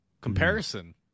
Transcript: comparison